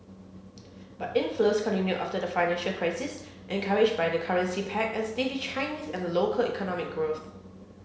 but inflows continued after the financial crisis encouraged by the currency peg and steady Chinese and local economic growth